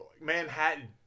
Manhattan